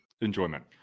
enjoyment